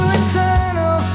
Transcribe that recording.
eternal